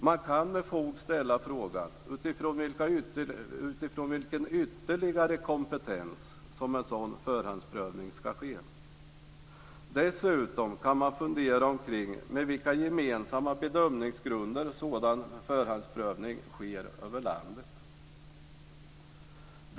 Man kan med fog ställa frågan om utifrån vilken ytterligare kompetens en sådan förhandsprövning ska göras. Dessutom kan man fundera omkring på vilka gemensamma bedömningsgrunder en sådan förhandsprövning sker över landet.